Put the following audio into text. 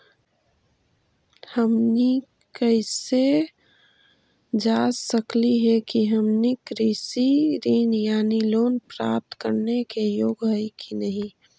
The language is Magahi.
हमनी कैसे जांच सकली हे कि हमनी कृषि ऋण यानी लोन प्राप्त करने के योग्य हई कि नहीं?